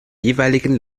jeweiligen